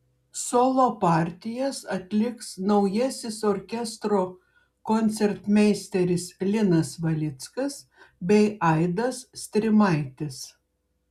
solo partijas atliks naujasis orkestro koncertmeisteris linas valickas bei aidas strimaitis